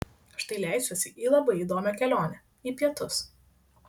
štai leisiuosi į labai įdomią kelionę į pietus